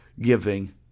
giving